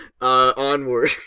onward